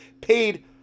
paid